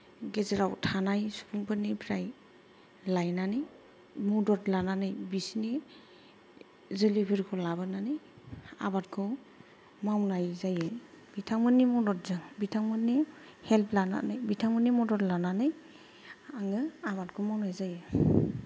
गेजेराव थानाय सुबुंफोरनिफ्राय लायनानै मदद लानानै बिसोरनि जोलैफोरखौ लाबोनानै आबादखौ मावनाय जायो बिथांमोननि मददजों बिथांमोननि हेल्प लानानै बिथांमोननि मदद लानानै आङो आबादखौ मावनाय जायो